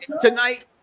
tonight